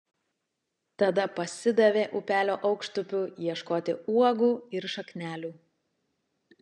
tada pasidavė upelio aukštupiu ieškoti uogų ir šaknelių